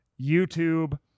YouTube